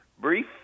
brief